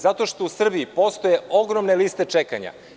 Zato što u Srbiji postoje ogromne liste čekanja.